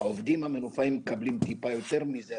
העובדים המנופאים מקבלים טיפה יותר מזה,